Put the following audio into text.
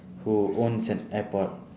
who owns an airport